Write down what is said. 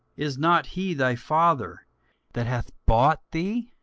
is not he thy father that hath bought thee?